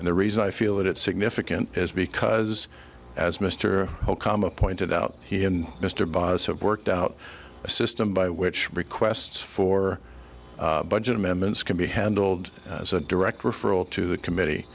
and the reason i feel that it's significant is because as mr okama pointed out he and mr baez have worked out a system by which requests for budget amendments can be handled as a direct referral to the committee